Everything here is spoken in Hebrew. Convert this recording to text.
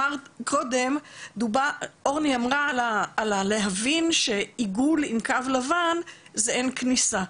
מקודם אורני דיברה על להבין שעיגול עם קו לבן זה "אין כניסה",